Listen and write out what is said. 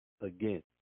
again